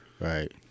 Right